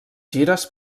gires